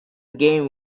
game